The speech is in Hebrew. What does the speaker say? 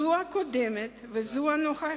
זו הקודמת וזו הנוכחית,